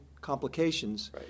complications